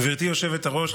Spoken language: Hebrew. גברתי היושבת-ראש,